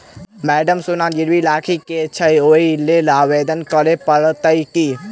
Madam सोना गिरबी राखि केँ छैय ओई लेल आवेदन करै परतै की?